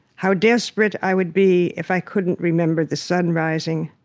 how desperate i would be if i couldn't remember the sun rising,